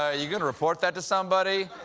ah you going to report that to somebody?